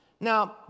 Now